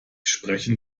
sprechen